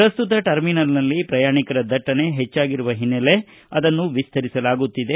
ಪ್ರಸ್ತುತ ಟರ್ಮಿನಲ್ನಲ್ಲಿ ಪ್ರಯಾಣಿಕರ ದಟ್ಟಣೆ ಹೆಚ್ಚಾಗಿರುವ ಹಿನ್ನೆಲೆ ಅದನ್ನು ವಿಸ್ತರಿಸಲಾಗುತ್ತಿದೆ